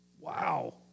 Wow